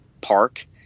park